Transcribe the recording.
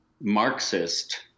Marxist